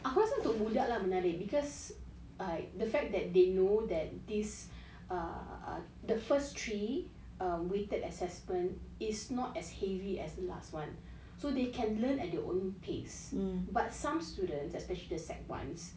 aku rasa untuk budak lah menarik because like the fact that they know that this err the first three weighted assessment is not as heavy as last one so they can learn at their own pace but some students especially the sec ones